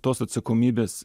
tos atsakomybės